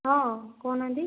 ହଁ କହୁନାହାନ୍ତି